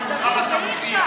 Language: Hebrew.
אתה מופיע.